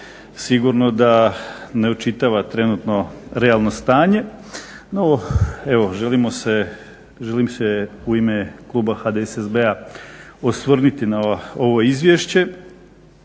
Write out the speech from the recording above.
Sigurno da ne očitava trenutno realno stanje. No, evo želim se u ime kluba HDSSB-a osvrnuti na ovo izvješće,